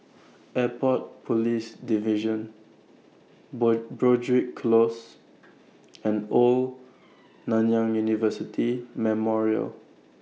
Airport Police Division Broadrick Close and Old Nanyang University Memorial